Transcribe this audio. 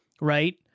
right